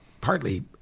partly